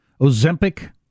Ozempic